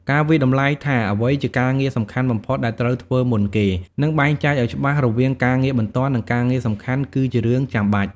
ការវាយតម្លៃថាអ្វីជាការងារសំខាន់បំផុតដែលត្រូវធ្វើមុនគេ និងបែងចែកឲ្យច្បាស់រវាងការងារបន្ទាន់ និងការងារសំខាន់ គឺជារឿងចាំបាច់។